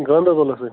گانٛدربلس سۭتۍ